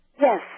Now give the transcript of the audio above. Yes